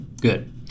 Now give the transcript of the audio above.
Good